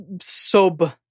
sub